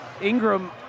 Ingram